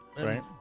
right